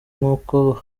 nkuko